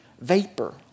vapor